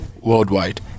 worldwide